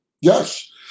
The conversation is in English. Yes